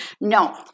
No